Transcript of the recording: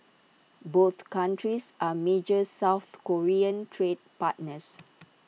both countries are major south Korean trade partners